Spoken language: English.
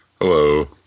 Hello